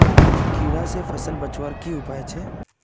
कीड़ा से फसल बचवार की उपाय छे?